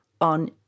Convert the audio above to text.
on